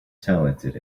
talented